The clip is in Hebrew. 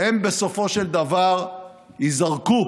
הם בסופו של דבר ייזרקו,